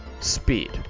speed